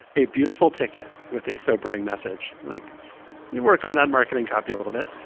a beautiful ticket with a sobering message like you work on that marketing copy a little bit,